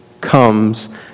comes